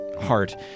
heart